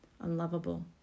unlovable